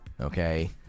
Okay